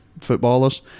footballers